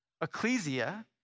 Ecclesia